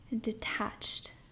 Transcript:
detached